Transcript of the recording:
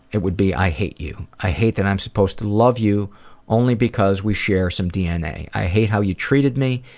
it would be, i hate you. i hate that i'm supposed to love you only because we share some dna. i hate how you treated me,